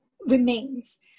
remains